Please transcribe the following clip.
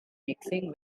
mixing